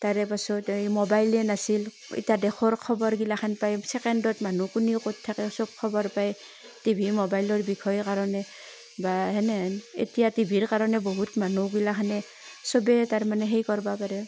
তাৰেপাছত এই ম'বাইলেই নাছিল এতিয়া দেশৰ খবৰ গিলাখান পায় ছেকেণ্ডত মানুহ কোন ক'ত থাকেই চব খবৰ পায় টিভি ম'বাইলৰ বিষয়ে কাৰণে বা তেনেহেন এতিয়া টিভিৰ কাৰণে বহুত মানুহগিলাখানে চবেই তাৰমানে সেই কৰিব পাৰে